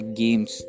games